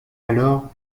alors